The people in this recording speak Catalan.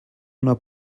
una